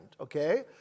okay